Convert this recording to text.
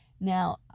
Now